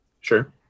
sure